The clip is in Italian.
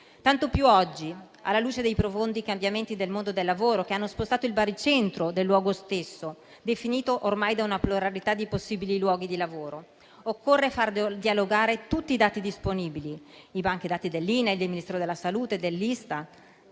tanto più oggi alla luce dei profondi cambiamenti del mondo del lavoro che hanno spostato il baricentro del luogo stesso, definito ormai da una pluralità di possibili luoghi di lavoro. Occorre far dialogare tutti i dati disponibili; banche dati dell'INAIL, del Ministero della salute, dell'Istat,